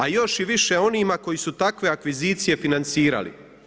A još i više onima koji su takve akvizicije financirali.